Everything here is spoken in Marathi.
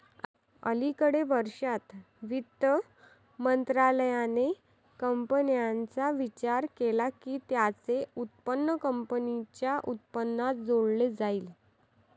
अलिकडे वर्षांत, वित्त मंत्रालयाने कंपन्यांचा विचार केला की त्यांचे उत्पन्न कंपनीच्या उत्पन्नात जोडले जाईल